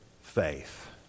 faith